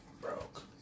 Broke